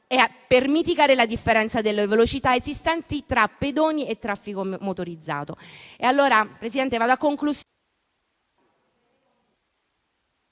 per mitigare la differenza delle velocità esistenti tra pedoni e traffico motorizzato. Allora, Presidente, mi avvio alla conclusione…